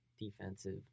defensive